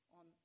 on